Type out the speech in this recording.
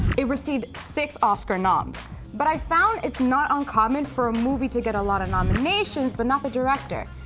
it received six oscar nods but i found it's not uncommon for a movie to get a lot of nominations but not the director.